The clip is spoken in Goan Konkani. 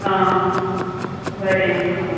आं बरें हा